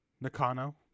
Nakano